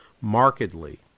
markedly